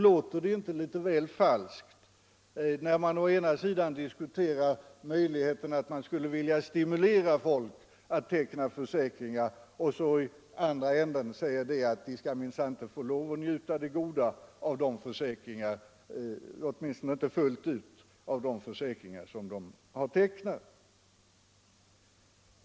Låter det inte litet falskt när man å ena sidan diskuterar möjligheten att stimulera människor att teckna försäkringar och å andra sidan säger att de inte fullt ut skall få njuta det goda av de försäkringar som de har tecknat?